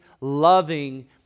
loving